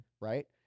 right